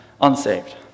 unsaved